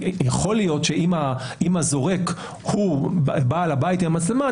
יכול להיות שאם הזורק הוא בעל הבית עם המצלמה,